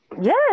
Yes